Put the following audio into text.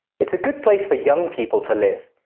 it's a good place for young people to live,